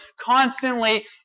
constantly